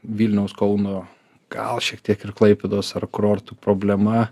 vilniaus kauno gal šiek tiek ir klaipėdos ar kurortų problema